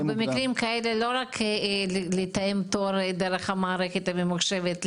ובמקרים כאלו לא רק לתאם תור דרך המערכת הממוחשבת,